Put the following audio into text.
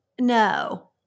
No